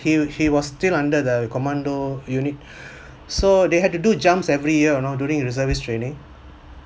he he was still under the commando unit so they had to do jumps every year you know during reservist training